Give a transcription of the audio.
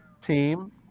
team